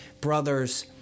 brothers